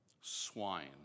Swine